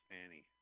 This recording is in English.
Fanny